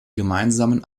gemeinsamen